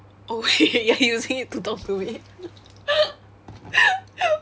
oh shit ya you're using it to talk to me